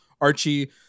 Archie